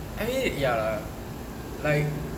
I mean ya lah like